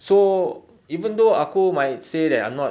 so even though aku might say that I'm not